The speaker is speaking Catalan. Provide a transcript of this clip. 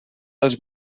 els